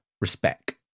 respect